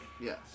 Yes